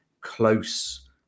close